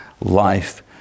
life